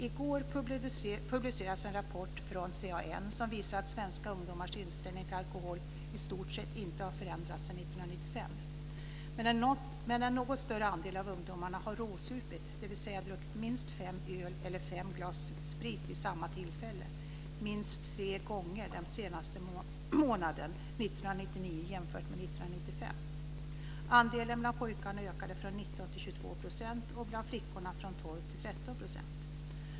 I går publicerades en rapport från CAN som visar att svenska ungdomars inställning till alkohol i stort sett inte har förändrats sedan 1995. En något större andel av ungdomarna har dock råsupit, dvs. druckit minst fem öl eller fem glas sprit vid samma tillfälle, minst tre gånger den senaste månaden 1999 jämfört med 1995. Andelen bland pojkarna ökade från 19 till 22 % och bland flickorna från 12 till 13 %.